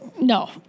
no